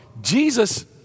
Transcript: Jesus